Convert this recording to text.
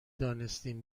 دانستیم